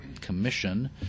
commission